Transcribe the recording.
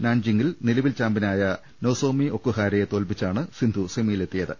നാൻജിങ്ങിൽ നില വിൽ ചാമ്പൃനായ നൊസോമി ഒകുഹാരയെ തോൽപി ച്ചാണ് സിന്ധു സെമിയിലെത്തിയത്